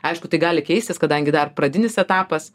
aišku tai gali keistis kadangi dar pradinis etapas